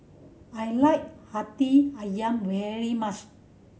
I like Hati Ayam very much